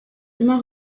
immer